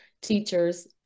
teachers